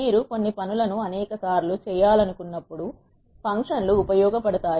మీరు కొన్ని పనులను అనేకసార్లు చేయాలనుకున్నప్పుడు ఫంక్షన్ లు ఉపయోగపడతాయి